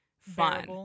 fun